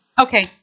Okay